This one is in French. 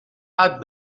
hâte